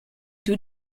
two